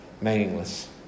meaningless